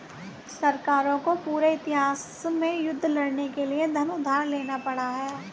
सरकारों को पूरे इतिहास में युद्ध लड़ने के लिए धन उधार लेना पड़ा है